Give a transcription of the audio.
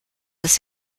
das